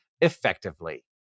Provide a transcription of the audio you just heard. effectively